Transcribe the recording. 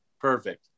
Perfect